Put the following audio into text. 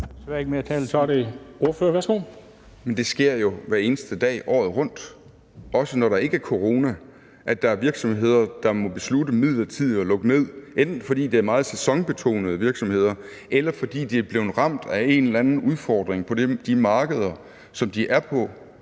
det sker jo hver eneste dag året rundt, også når der ikke er corona, at der er virksomheder, der må beslutte midlertidigt at lukke ned, enten fordi det er meget sæsonbetonede virksomheder, eller fordi de er blevet ramt af en eller anden udfordring på de markeder, som de er på.